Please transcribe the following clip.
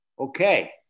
Okay